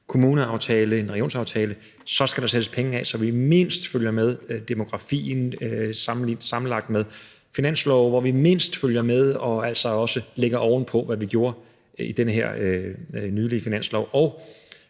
kommuneaftale, en regionsaftale, skal der sættes penge af, så vi som minimum følger med demografien, sammenlagt med finanslove, hvor vi som minimum følger med og altså også lægger ovenpå, hvad vi gjorde i den nylig vedtagne finanslov.